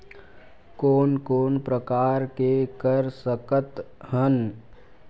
कोन कोन प्रकार के कर सकथ हन?